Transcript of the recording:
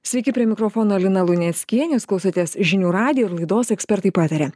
sveiki prie mikrofono lina luneckienė jūs klausotės žinių radijo ir laidos ekspertai pataria